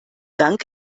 dank